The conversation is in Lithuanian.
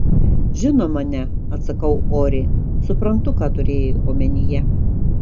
žinoma ne atsakau oriai suprantu ką turėjai omenyje